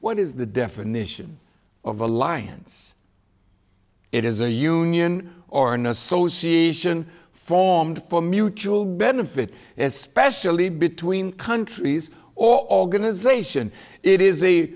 what is the definition of alliance it is a union or an association formed for mutual benefit especially between countries or organization it is a